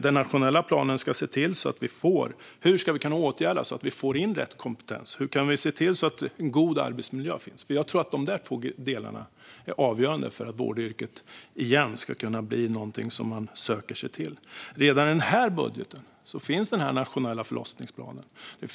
Den nationella planen ska se över hur vi ska vidta åtgärder så att vi får in rätt kompetens och hur vi ska se till att det finns en god arbetsmiljö. Jag tror att de två delarna är avgörande för att vårdyrket återigen ska kunna bli något som man söker sig till. Redan i den här budgeten finns den nationella förlossningsplanen.